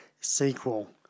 sequel